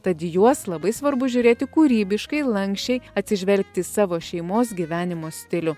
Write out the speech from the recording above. tad į juos labai svarbu žiūrėti kūrybiškai lanksčiai atsižvelgti į savo šeimos gyvenimo stilių